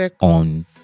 on